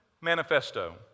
manifesto